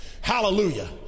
Hallelujah